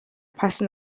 passen